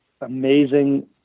amazing